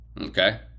Okay